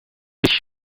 wist